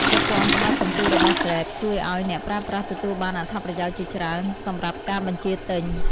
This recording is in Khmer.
ប្រព័ន្ធផ្ដល់ពិន្ទុរបស់ក្រេបជួយឱ្យអ្នកប្រើប្រាស់ទទួលបានអត្ថប្រយោជន៍ជាច្រើនសម្រាប់ការបញ្ជាទិញ។